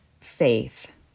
faith